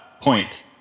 point